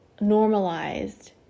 normalized